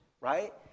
right